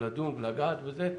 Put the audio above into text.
לדון ולגעת בזה,